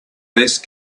best